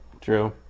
True